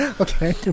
okay